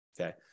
okay